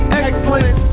excellent